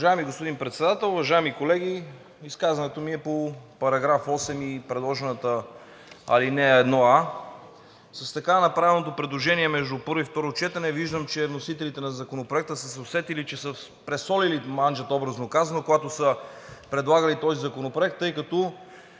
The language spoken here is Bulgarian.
Уважаеми господин Председател, уважаеми колеги! Изказването ми е по § 8 и предложената ал. 1а. С така направеното предложение между първо и второ четене виждам, че вносителите на Законопроекта са се усетили, че са „пресолили манджата“, образно казано, когато са предлагали този законопроект, тъй като,